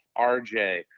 rj